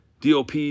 DOP